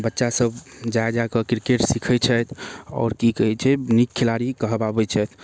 बच्चासभ जा जाकऽ किरकेट सिखै छै आओर कि कहै छै नीक खेलाड़ी कहबाबै छथि